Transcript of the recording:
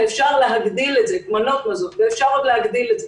ואפשר עוד להגדיל את זה.